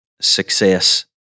success